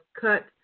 Cut